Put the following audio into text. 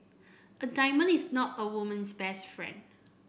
a diamond is not a woman's best friend